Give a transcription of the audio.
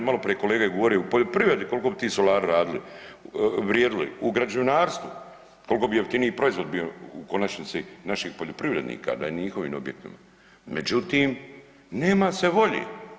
Maloprije je kolega govorio u poljoprivredi koliko bi ti solari vrijedili, u građevinarstvu koliko bi bio jeftiniji proizvod bio u konačnici naših poljoprivrednika da je na njihovim objektima, međutim nema se volje.